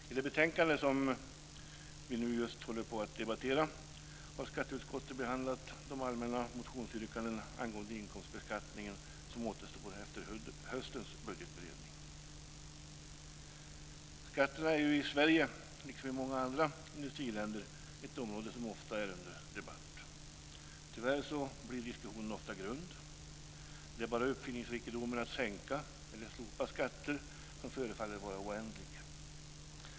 I det betänkande som vi just nu debatterar har skatteutskottet behandlat de allmänna motionsyrkanden angående inkomstbeskattningen som återstår efter höstens budgetberedning. Skatterna är i Sverige liksom i många andra industriländer ofta föremål för debatt. Tyvärr blir diskussionen ofta grund. Det är bara uppfinningsrikedomen när det gäller att sänka eller slopa skatter som förefaller vara oändlig.